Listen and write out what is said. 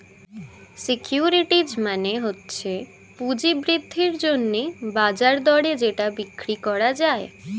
securities মানে হচ্ছে পুঁজি বৃদ্ধির জন্যে বাজার দরে যেটা বিক্রি করা যায়